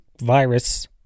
virus